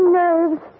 nerves